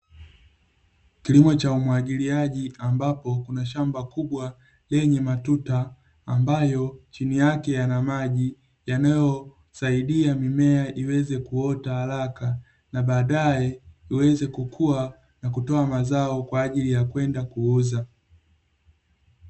Kilimo cha umwagiliaji ambapo, kuna shamba kubwa lenye matuta, ambayo chini yake yana maji yanayosaidia mimea iweze kuota haraka, na baadae iweze kukua na kutoa mazao kwa ajili ya kwenda kuuza.